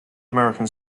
american